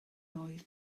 oedd